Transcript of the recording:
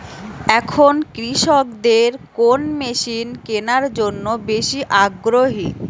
এখন কৃষকদের কোন মেশিন কেনার জন্য বেশি আগ্রহী?